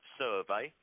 survey